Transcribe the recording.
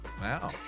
Wow